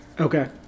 Okay